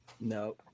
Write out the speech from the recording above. No